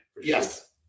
Yes